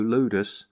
Ludus